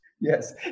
Yes